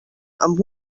amb